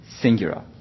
singular